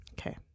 Okay